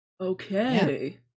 okay